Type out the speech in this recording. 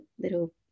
little